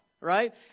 right